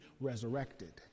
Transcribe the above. resurrected